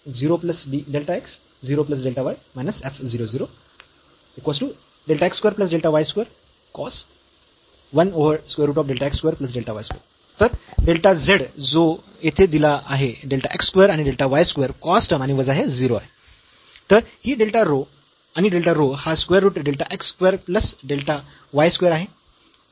तर delta z जो येथे दिला आहे डेल्टा x स्क्वेअर आणि delta y square cos term आणि वजा हे 0 आहे तर आणि डेल्टा रो हा square root delta x square plus delta y square आहे